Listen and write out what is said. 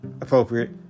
appropriate